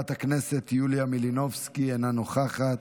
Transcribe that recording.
חברת הכנסת יוליה מלינובסקי, אינה נוכחת.